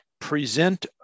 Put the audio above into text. present